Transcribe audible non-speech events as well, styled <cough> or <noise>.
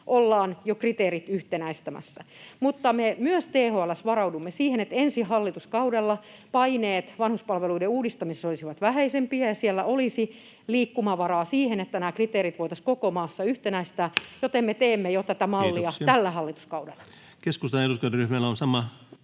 ollaan jo kriteerit yhtenäistämässä, mutta me myös THL:ssä varaudumme siihen, että ensi hallituskaudella paineet vanhuspalveluiden uudistamisessa olisivat vähäisempiä ja siellä olisi liikkumavaraa siihen, että nämä kriteerit voitaisiin koko maassa yhtenäistää, <noise> joten me teemme tätä mallia